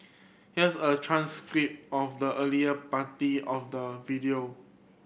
here's a transcript of the earlier part of the video